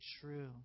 true